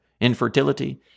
infertility